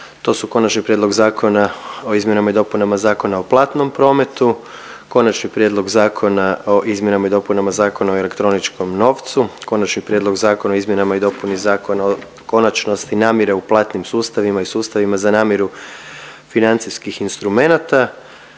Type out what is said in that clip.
to su. - Konačni prijedlog zakona o izmjenama i dopunama Zakona o platnom prometu, - Konačni prijedlog zakona o izmjenama i dopunama Zakona o elektroničkom novcu, - Konačni prijedlog zakona o izmjenama i dopuni Zakona o konačnosti namire u platnim sustavima i sustavima za namiru financijskih instrumenata,